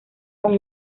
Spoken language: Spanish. con